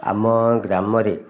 ଆମ ଗ୍ରାମରେ